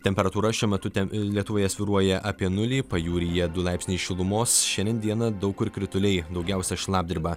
temperatūra šiuo metu ten lietuvoje svyruoja apie nulį pajūryje du laipsniai šilumos šiandien dieną daug kur krituliai daugiausia šlapdriba